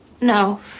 No